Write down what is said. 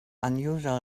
unusual